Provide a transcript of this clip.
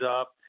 up